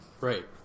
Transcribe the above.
Right